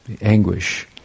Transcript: anguish